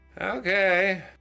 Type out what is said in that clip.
Okay